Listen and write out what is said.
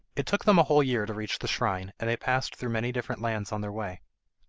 it took them a whole year to reach the shrine, and they passed through many different lands on their way.